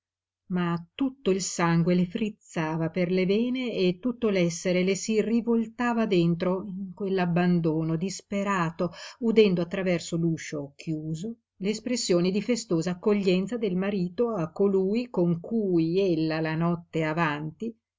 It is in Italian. ma tutto il sangue le frizzava per le vene e tutto l'essere le si rivoltava dentro in quell'abbandono disperato udendo attraverso l'uscio chiuso le espressioni di festosa accoglienza del marito a colui con cui ella la notte avanti